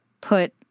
put